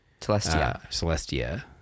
Celestia